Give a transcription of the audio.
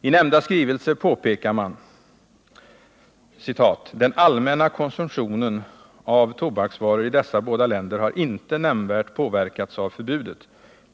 I nämnda skrivelse påpekar man att ”den allmänna konsumtionen av tobaksvaror i dessa båda länder har inte nämnvärt påverkats av förbudet.